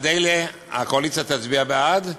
על אלה הקואליציה תצביע בעד,